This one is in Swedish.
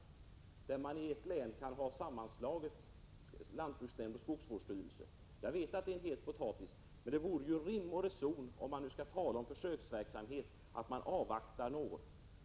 Det betyder alltså att man i ett län kan slå samman lantbruksnämnden och länets skogsvårdsstyrelse. Jag vet att detta är en het potatis. Men om man nu skall tala om försöksverksamhet vore det väl rimligt att något avvakta utvecklingen.